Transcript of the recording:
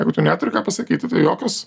jeigu tu neturi ką pasakyti tai jokios